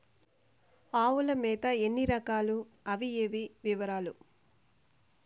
ఆవుల మేత ఎన్ని రకాలు? అవి ఏవి? వివరాలు?